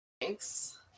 Thanks